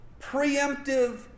Preemptive